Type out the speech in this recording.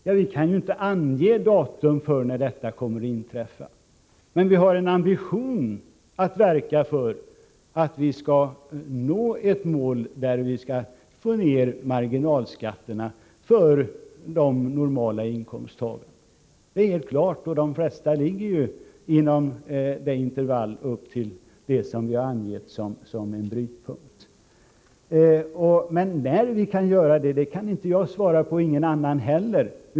Ja, vi kan inte ange vilket datum detta kommer att inträffa. Men vi har ambitioner att verka för att få ned marginalskatterna för de normala inkomsttagarna. Det är helt klart. De flestas inkomster ligger inom det intervall som går upp till vad vi har angivit som en brytpunkt. Men när vi kan uppnå det kan inte jag svara på, och ingen annan heller.